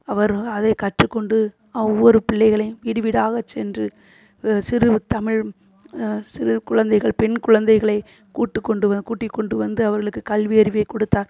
அவர் அதை கற்றுக்கொண்டு ஆ ஒவ்வொரு பிள்ளைகளையும் வீடு வீடாகச் சென்று சிறு தமிழ் சிறு குழந்தைகள் பெண் குழந்தைகளை கூட்டிக் கொண்டு வ கூட்டிக்கொண்டு வந்து அவர்களுக்கு கல்வி அறிவையை கொடுத்தார்